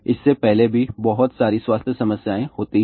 इससे पहले कि बहुत सारी स्वास्थ्य समस्याएं होती हैं